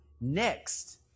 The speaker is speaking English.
next